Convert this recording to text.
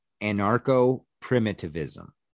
anarcho-primitivism